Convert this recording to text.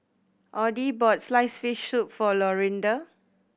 Audie bought sliced fish soup for Lorinda